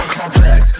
complex